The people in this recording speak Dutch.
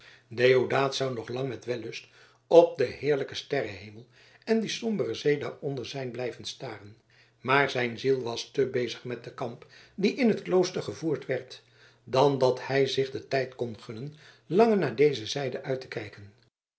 deodaat zou nog lang met wellust op den heerlijken sterrenhemel en op die sombere zee daaronder zijn blijven staren maar zijn ziel was te bezig met den kamp die in het klooster gevoerd werd dan dat hij zich den tijd kon gunnen langer naar deze zijde uit te kijken